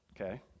Okay